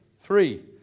Three